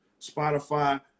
Spotify